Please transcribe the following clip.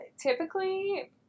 typically